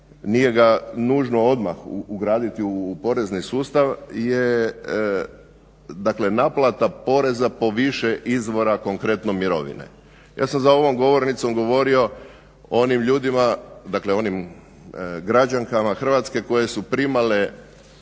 nije ga nužno odmah ugraditi u porezni sustav, je dakle naplata poreza po više izvora konkretno mirovine. Ja sam za ovom govornicom govorio o onim ljudima, dakle o onim građankama Hrvatske koje su primale